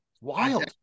wild